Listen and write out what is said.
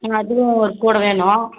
ம் அதுவும் ஒரு கூடை வேணும்